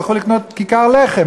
הלכו לקנות כיכר לחם,